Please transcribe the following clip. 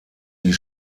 die